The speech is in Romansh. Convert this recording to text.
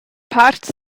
part